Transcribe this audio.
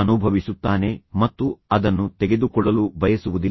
ಅನುಭವಿಸುತ್ತಾನೆ ಮತ್ತು ಅವನು ಅದನ್ನು ತೆಗೆದುಕೊಳ್ಳಲು ಬಯಸುವುದಿಲ್ಲ